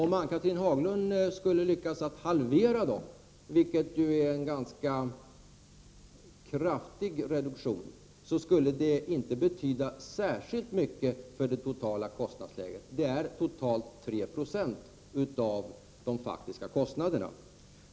Om Ann-Cathrine Haglund skulle lyckas halvera dem, vilket ju innebär en ganska kraftig reduktion, skulle det inte betyda särskilt mycket för det totala kostnadsläget. De utgör totalt 3 76 av de faktiska kostnaderna.